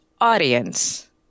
audience